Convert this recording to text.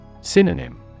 Synonym